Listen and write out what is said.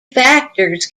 factors